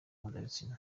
mpuzabitsina